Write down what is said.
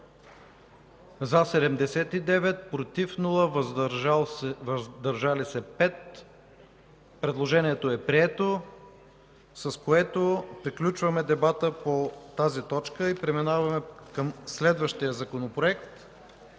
за 79, против няма, въздържали се 5. Предложението е прието, с което приключваме дебата по тази точка. Преминаваме към следващия законопроект